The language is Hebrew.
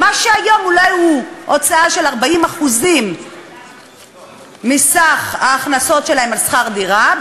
ומה שהיום הוא אולי הוצאה של 40% מסך ההכנסות שלהם על שכר דירה,